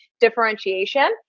differentiation